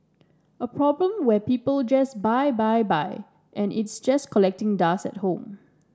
a problem where people just buy buy buy and it's just collecting dust at home